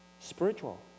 spiritual